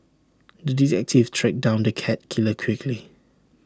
the detective tracked down the cat killer quickly